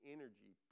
energy